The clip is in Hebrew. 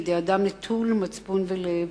בידי אדם נטול מצפון ולב.